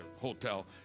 hotel